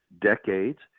decades